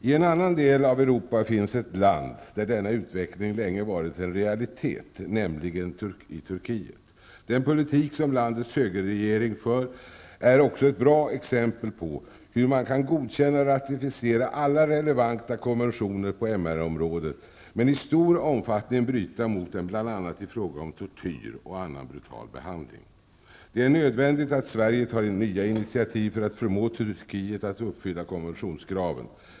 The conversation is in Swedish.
I en annan del av Europa finns ett land där denna utveckling länge varit en realitet, nämligen i Turkiet. Den politik som landets högerregering för, är också ett bra exempel på hur man kan godkänna och ratificera alla relevanta konventioner på MR området men i stor omfattning bryta mot dem, bl.a. Det är nödvändigt att Sverige tar nya initiativ för att förmå Turkiet att uppfylla konventionskraven.